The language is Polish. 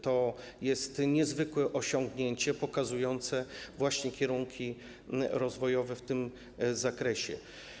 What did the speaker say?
To jest niezwykłe osiągnięcie pokazujące właśnie kierunki rozwojowe w tym zakresie.